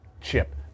chip